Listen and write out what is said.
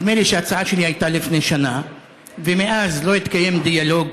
נדמה לי שההצעה שלי הייתה לפני שנה ומאז לא התקיים דיאלוג,